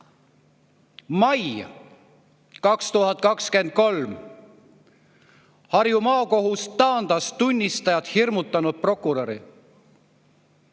Mai 2023. Harju Maakohus taandas tunnistajat hirmutanud prokuröri.